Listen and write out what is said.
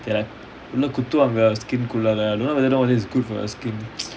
உள்ளகுத்துவாங்க:ulla kuthuvanga don't know what is good for us